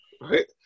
right